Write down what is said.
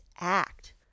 act